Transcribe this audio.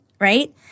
right